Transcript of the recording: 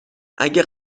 اگه